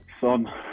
Son